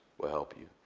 will help you.